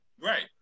Right